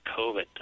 COVID